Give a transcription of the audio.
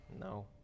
No